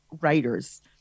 writers